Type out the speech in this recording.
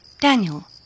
Daniel